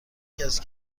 کسی